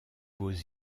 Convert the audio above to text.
vos